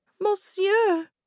monsieur